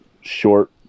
short